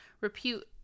repute